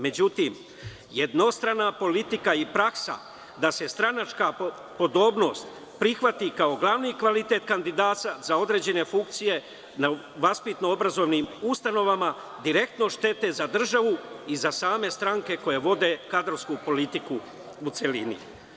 Međutim, jednostrana politika i praksa da se stranačka podobnost prihvati kao glavni kvalitet kandidata za određene funkcije u vaspitno obrazovnim ustanovama, direktno štete za državu i za same stranke koje vode kadrovsku politiku u celini.